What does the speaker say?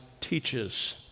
teaches